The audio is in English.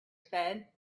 said